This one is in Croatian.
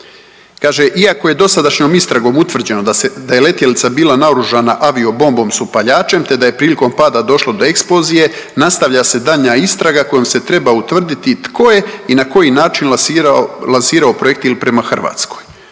Kaže, iako je dosadašnjom istragom utvrđeno da je letjelica bila naoružana aviobombom s upaljačem te da je prilikom pada došlo do eksplozije, nastavlja se daljnja istraga kojom se treba utvrditi tko je i na koji način lansirao projektil prema Hrvatskoj.